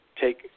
take –